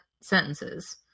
sentences